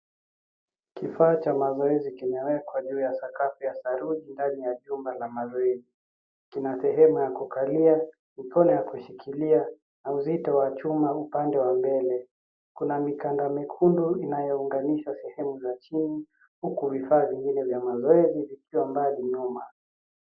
Kifaa cha mazoezi kimewekwa juu ya sakafu ya saruji ndani ya jumba la mazoezi. Kina sehemu ya kukalia, mikono ya kushikilia na uzito wa chuma upande wa mbele. Kuna mikanda mekundu inayounganisha sehemu za chini, huku vifaa vingine vya mazoezi vikiwa mbali nyuma.